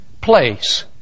place